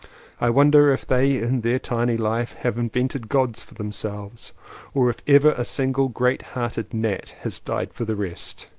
i wonder if they in their tiny life have invented gods for themselves or if ever a single, great-hearted gnat has died for the rest.